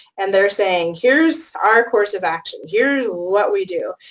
and they're saying, here's our course of action. here's what we do.